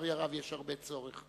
ולצערי הרב יש הרבה צורך.